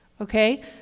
Okay